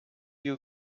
you